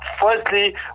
firstly